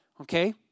Okay